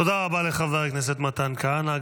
תודה רבה לחבר הכנסת מתן כהנא.